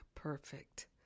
Perfect